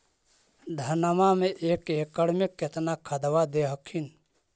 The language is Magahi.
धनमा मे एक एकड़ मे कितना खदबा दे हखिन?